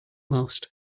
most